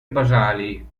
basali